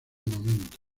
momento